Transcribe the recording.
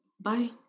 Bye